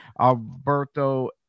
Alberto